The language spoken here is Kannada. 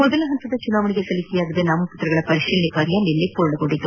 ಮೊದಲ ಹಂತದ ಚುನಾವಣೆಗೆ ಸಲ್ಲಿಕೆಯಾಗಿದ್ದ ನಾಮಪತ್ರಗಳ ಪರಿಶೀಲನೆ ಕಾರ್ಯ ನಿನೈ ಪೂರ್ಣಗೊಂಡಿದೆ